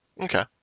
okay